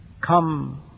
come